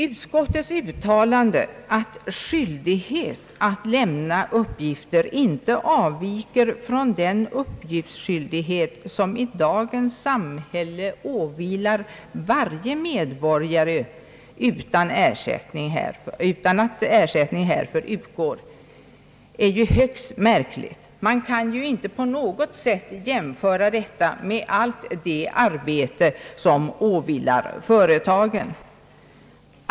Utskottets uttalande, att skyldigheten att lämna uppgifter inte avviker från den uppgiftsskyldighet, som i dagens samhälle åvilar varje medborgare utan att ersättning härför utgår, är ju högst märkligt. Man kan ju inte på något sätt jämföra detta med allt det arbete som åvilar företagen.